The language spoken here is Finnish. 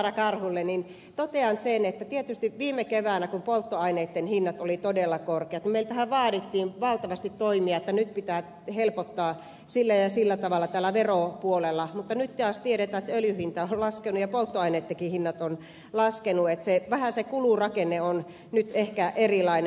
saara karhulle totean sen että tietysti viime keväänä kun polttoaineitten hinnat olivat todella korkeat meiltähän vaadittiin valtavasti toimia että nyt pitää helpottaa sillä ja sillä tavalla tällä veropuolella mutta nyt taas tiedetään että öljyn hinta on laskenut ja polttoaineittenkin hinnat ovat laskeneet ja vähän se kulurakenne on nyt ehkä erilainen